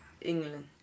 England